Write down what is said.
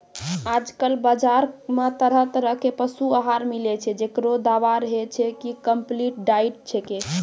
आजकल बाजार मॅ तरह तरह के पशु आहार मिलै छै, जेकरो दावा रहै छै कि कम्पलीट डाइट छेकै